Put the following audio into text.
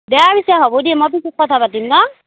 দে পিছে হ'ব দে মই পিছত কথা পাতিম ন